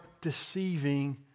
deceiving